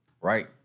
Right